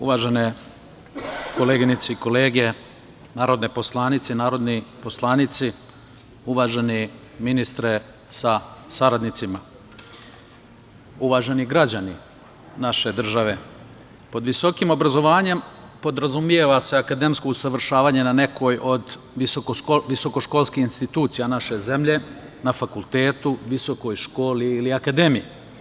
Uvažene koleginice i kolege narodne poslanice i narodni poslanici, uvaženi ministre sa saradnicima, uvaženi građani naše države, pod visokim obrazovanjem podrazumeva se akademsko usavršavanje na nekoj od visokoškolskih institucija naše zemlje na fakultetu, visokoj školi ili akademiji.